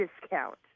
discount